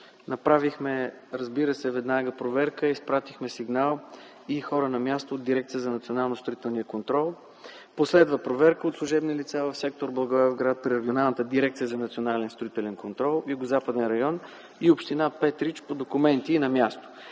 направихме проверка. Изпратихме сигнал и хора на място от Дирекция за национален строителен контрол. Последва проверка от служебни лица в сектор Благоевград при Регионалната дирекция за национален строителен контрол, Югозападен район, и община Петрич по документи и на място.